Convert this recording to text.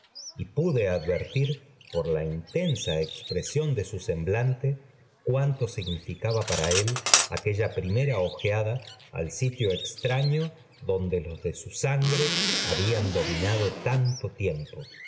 y pude advertir por la intensa expresión de su semblante cuánto significaba para él aquella primera ojeada al sitio extraño donde los de su sangre habían dominado tanto tiempo